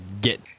get